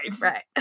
Right